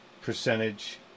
percentage